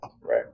right